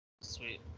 Sweet